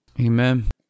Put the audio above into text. amen